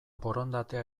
borondatea